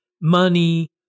money